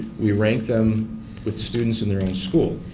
we rank them with students in their own school.